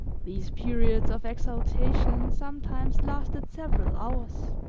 these periods of exaltation sometimes lasted several hours,